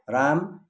Ram